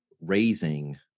raising